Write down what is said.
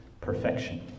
perfection